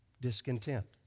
discontent